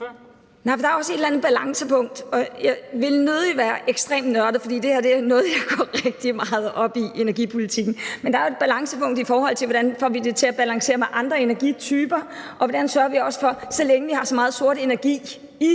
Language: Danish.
der er også et eller andet balancepunkt. Jeg vil nødig være ekstremt nørdet, for det her er noget, jeg går rigtig meget op i, nemlig energipolitikken. Men der er jo et balancepunkt i forhold til, hvordan vi får det til at balancere med andre energityper, så længe vi har så meget sort energi i